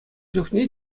чухне